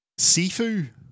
Sifu